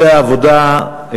נושא העבודה,